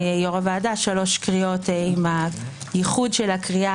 יושב ראש הוועדה - שלוש קריאות עם הייחוד של הקריאה